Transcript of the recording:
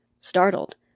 Startled